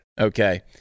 Okay